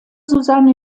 susanne